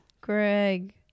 Greg